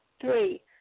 Three